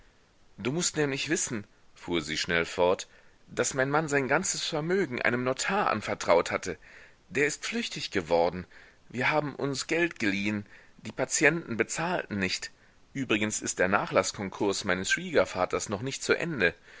du mußt nämlich wissen fuhr sie schnell fort daß mein mann sein ganzes vermögen einem notar anvertraut hatte der ist flüchtig geworden wir haben uns geld geliehen die patienten bezahlten nicht übrigens ist der nachlaßkonkurs meines schwiegervaters noch nicht zu ende